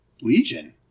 Legion